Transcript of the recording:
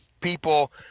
people